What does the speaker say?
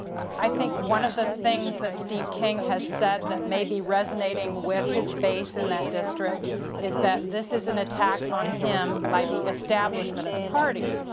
i think one of the things that steve king has said that may be resonating with his base in that district is that this is an attack on him by the establishment of the party.